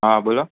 હા બોલો ઓકે